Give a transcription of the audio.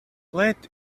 late